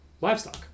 livestock